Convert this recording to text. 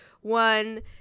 one